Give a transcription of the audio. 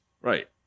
Right